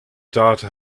data